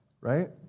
right